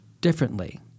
differently